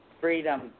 freedom